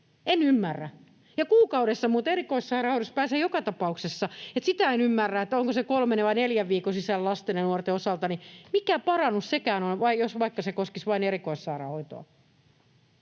En ymmärrä. Kuukaudessa muuten erikoissairaanhoidossa pääsee joka tapauksessa, eli sitä en ymmärrä — onko se kolmen vai neljän viikon sisällä lasten ja nuorten osalta — mikä parannus sekään on, jos vaikka se koskisi vain erikoissairaanhoitoa.